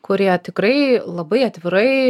kurie tikrai labai atvirai